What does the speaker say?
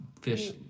fish